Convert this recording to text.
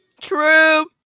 True